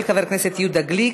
של חבר הכנסת יהודה גליק.